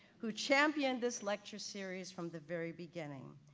who champion this lecture series from the very beginning.